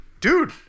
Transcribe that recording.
dude